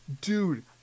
dude